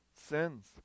sins